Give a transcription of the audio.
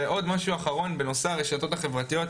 עוד משהו אחרון בנושא הרשתות החברתיות,